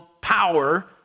power